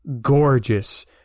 gorgeous